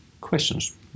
questions